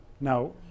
now